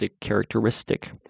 Characteristic